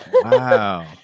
Wow